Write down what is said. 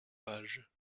pages